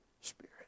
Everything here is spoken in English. Spirit